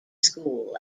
school